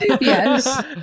Yes